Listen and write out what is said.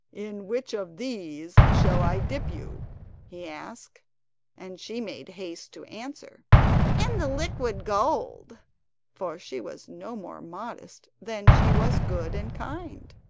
in which of these shall i dip you he asked and she made haste to answer in the liquid gold for she was no more modest than she was good and kind.